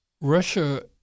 Russia